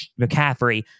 McCaffrey